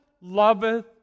loveth